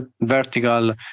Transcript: vertical